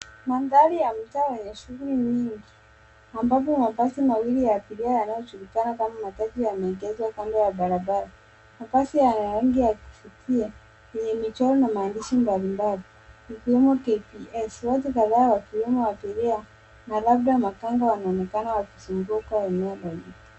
Mandhari ya mtaa wenye shughuli nyingi ambapo mabasi mawili ya abiria yanayojulikana kama matatu yameegezwa kando ya barabara. Mabasi yana rangi ya kuvutia yenye michoro na maandishi mbalimbali ikiwemo k b s. Watu kadhaa wakiwemo abiria na labda makanga wanaonekana wakizunguka eneo.